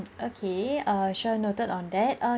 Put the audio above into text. okay err sure noted on that err